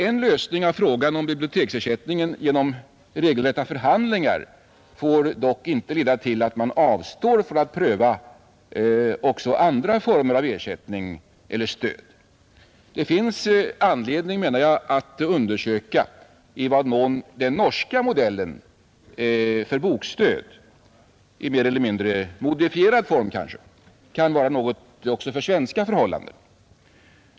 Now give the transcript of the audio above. En lösning av frågan om biblioteksersättningen genom regelrätta förhandlingar får dock inte leda till att man avstår från att pröva också andra former av ersättning eller stöd. Det finns anledning, menar jag, att undersöka i vad mån den norska modellen för ”bokstöd”, kanske i mer eller mindre modifierad form, kan vara något också för svenska förhållanden.